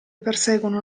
perseguono